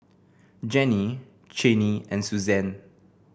Jenny Channie and Susann